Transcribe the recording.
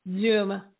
Zoom